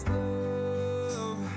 love